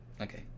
okay